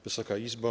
Wysoka Izbo!